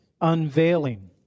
unveiling